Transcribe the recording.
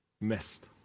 missed